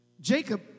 Jacob